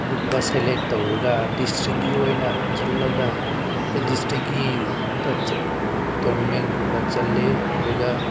ꯑꯗꯨꯒꯨꯝꯕ ꯁꯦꯂꯦꯛ ꯇꯧꯔꯒ ꯗꯤꯁꯇ꯭ꯔꯤꯛꯀꯤ ꯑꯣꯏꯅ ꯆꯠꯂꯒ ꯑꯗꯨ ꯗꯤꯁꯇ꯭ꯔꯤꯛꯀꯤ ꯇꯣꯔꯅꯥꯃꯦꯟꯒꯨꯝꯕ ꯆꯠꯂꯦ ꯑꯗꯨꯒ